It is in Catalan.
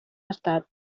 estat